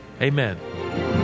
Amen